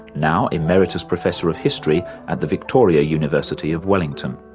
now emeritus professor of history at the victoria university of wellington.